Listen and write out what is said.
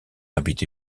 habité